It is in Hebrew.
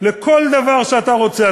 לכל דבר שאתה רוצה,